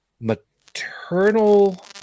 maternal